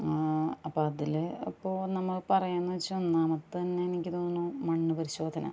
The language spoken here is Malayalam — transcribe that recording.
അപ്പം അതിലേ അപ്പോൾ നമ്മള് പറയുക എന്ന് വെച്ചാൽ ഒന്നാമത്തെ തന്നെ എനിക്ക് തോന്നുന്നു മണ്ണ് പരിശോധന